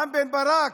רם בן ברק,